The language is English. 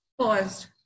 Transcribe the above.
paused